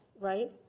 right